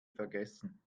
vergessen